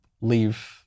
leave